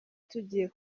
tugiye